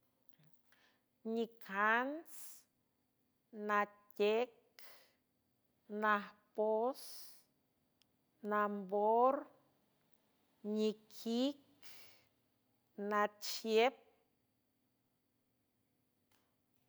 Nicants natec najpoz nambor niquic nachiep.